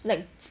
like